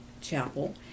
Chapel